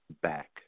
back